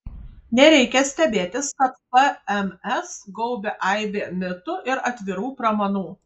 nereikia stebėtis kad pms gaubia aibė mitų ir atvirų pramanų